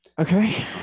Okay